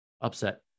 Upset